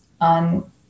on